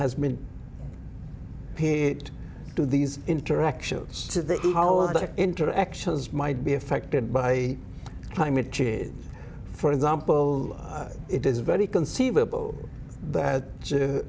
has been paid to these interactions to the interactions might be affected by climate change is for example it is very conceivable that